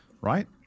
Right